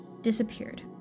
disappeared